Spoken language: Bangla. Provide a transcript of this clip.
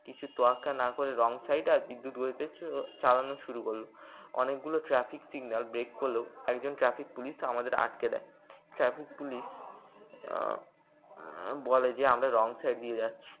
কিছু তোয়াক্কা না করে রং সাইড আর বিদ্যুৎ গতিতে চালানো শুরু করল অনেকগুলো ট্রাফিক সিগনাল ব্রেক করল একজন ট্রাফিক পুলিশ আমাদের আটকে দেয় ট্রাফিক পুলিশ বলে যে আমরা রং সাইড দিয়ে যাচ্ছি